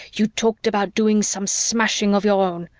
you talked about doing some smashing of your own.